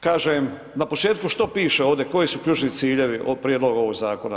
Kažem, na početku što piše ovdje koji su ključni ciljevi prijedloga ovog zakona.